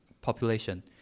population